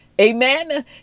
Amen